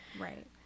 right